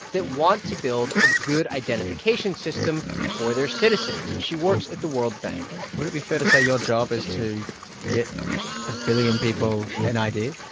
that want to build a good identification system for their citizens. she works at the world bank would it be fair to say your job is to get a billion people an id?